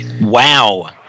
Wow